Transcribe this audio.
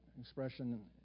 expression